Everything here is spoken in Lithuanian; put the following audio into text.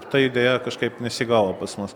ta idėja kažkaip nesigavo pas mus